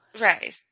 Right